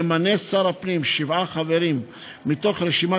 ימנה שר הפנים שבעה חברים מתוך רשימת